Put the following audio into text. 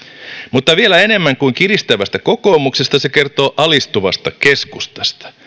mutta vielä enemmän kuin kiristävästä kokoomuksesta se kertoo alistuvasta keskustasta